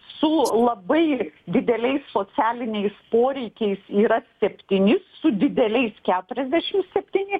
su labai dideliais socialiniais poreikiais yra septyni su dideliais keturiasdešimt septyni